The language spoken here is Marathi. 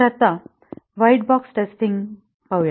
तर आता व्हाईट बॉक्स टेस्टिंग पाहू